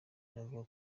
navuga